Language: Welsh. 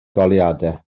goleuadau